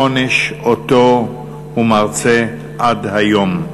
עונש שהוא מרצה עד היום.